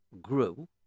grew